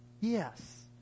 Yes